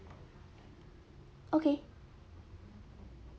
okay